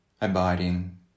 abiding